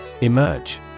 Emerge